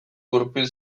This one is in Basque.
gurpil